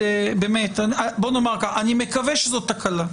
אני מקווה שזאת תקלה.